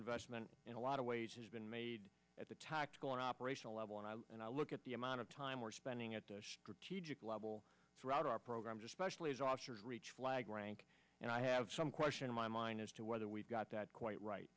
investment in a lot of ways has been made at the tactical and operational level and i and i look at the amount of time we're spending at the strategic level throughout our programs especially as officers reach flag rank and i have some question in my mind as to whether we got that quite right